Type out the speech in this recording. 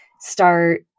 start